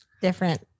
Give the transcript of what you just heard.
different